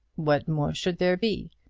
what more should there be?